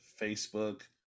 Facebook